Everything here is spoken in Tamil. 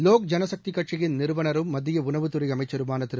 லோக் ஜனசக்தி கட்சியின் நிறுவனரும் மத்திய உணவுத்துறை அமைச்சருமான திரு